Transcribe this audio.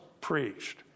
preached